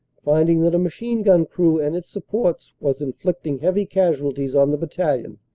finding that a machine-gun crew and its supports was inflicting heavy casualties on the battalion,